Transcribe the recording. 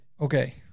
Okay